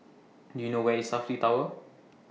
Do YOU know Where IS Safti Tower